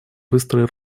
быстрый